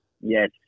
Yes